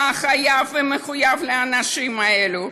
אתה חייב ומחויב לאנשים האלו.